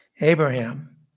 Abraham